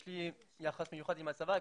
לרוב אין לי אפשרות לדבר איתם,